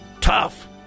tough